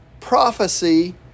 prophecy